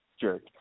jerk